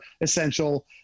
essential